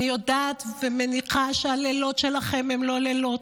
אני יודעת ומניחה שהלילות שלכם הם לא לילות,